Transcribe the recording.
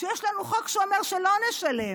כשיש לנו חוק שאומר שלא נשלם.